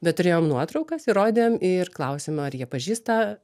bet turėjom nuotraukas ir rodėm ir klausėm ar jie pažįsta